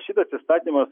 šitas įstatymas